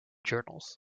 journals